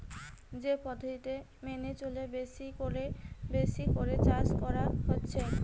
যে পদ্ধতি মেনে চলে বেশি কোরে বেশি করে চাষ করা হচ্ছে